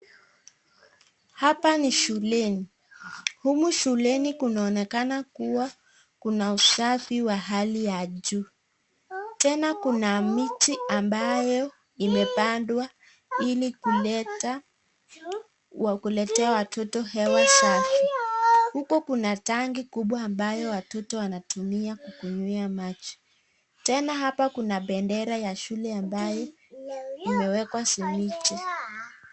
Hapa ni shuleni, humu shuleni kunaonekana kuwa kuna usafi wa hali ya juu. Tena kuna miti ambayo imepandwa ili kuletea watoto hewa safi. Huko kuna tangi kubwa ambayo watoto wanatumia kukunyia maji. Tena hapa kuna bendera ya shule ambaye imewekwa simiti.